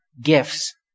gifts